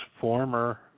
former